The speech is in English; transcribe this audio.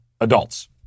adults